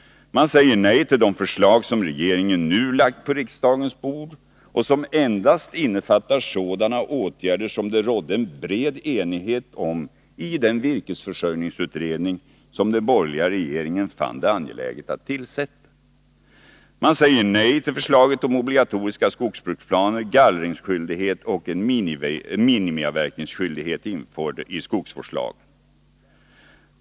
Man säger nej till de förslag som regeringen nu lagt på riksdagens bord och som endast innefattar sådana åtgärder som det rått bred enighet om i den virkesförsörjningsutredning som den borgerliga regeringen fann det angeläget att tillsätta. Man säger nej till förslaget om obligatoriska skogsbruksplaner, gallringsskyldighet och en minimiavverkningsskyldighet införd i skogsvårdslagen.